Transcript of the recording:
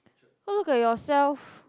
go look at yourself